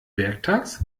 werktags